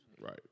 Right